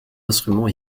instrument